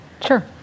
Sure